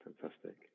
Fantastic